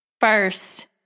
First